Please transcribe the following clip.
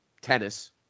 tennis